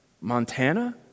Montana